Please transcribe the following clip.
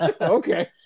Okay